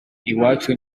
iwacu